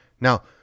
Now